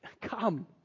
come